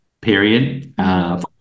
period